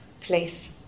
place